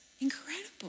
Incredible